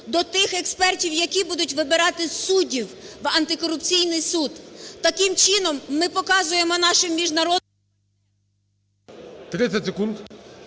до тих експерті, які будуть вибирати суддів в антикорупційний суд. Таким чином ми показуємо нашим міжнародним… ГОЛОВУЮЧИЙ. 30 секунд.